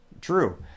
True